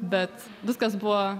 bet viskas buvo